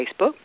Facebook